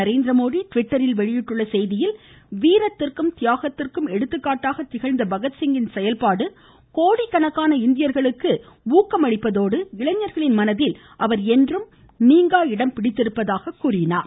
நரேந்திரமோடி ட்விட்டரில் வெளியிட்டுள்ள செய்தியில் வீரத்திற்கும் தியாகத்திற்கும் எடுத்துக்காட்டாக திகழ்ந்த பகத்சிங்கின் செயல்பாடு கோடிக்கணக்கான இந்தியர்களுக்கு ஊக்கமளிப்பதோடு இளைஞர்களின் மனதில் அவர் நீங்கா இடம் பிடித்திருப்பதாகவும் கூறியுள்ளார்